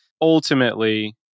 Ultimately